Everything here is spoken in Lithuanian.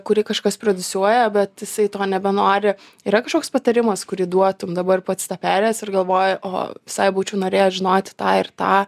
kurį kažkas prodiusuoja bet jisai to nebenori yra kažkoks patarimas kurį duotum dabar pats tą perėjęs ir galvoji o visai būčiau norėjęs žinoti tą ir tą